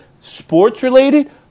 sports-related